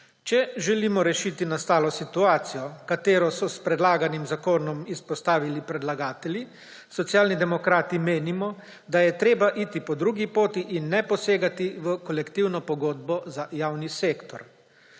Če želimo rešiti nastalo situacijo, katero so s predlaganim zakonom izpostavili predlagatelji, Socialni demokrati menimo, da je treba iti po drugi poti in ne posegati v kolektivno pogodbo za javni sektor.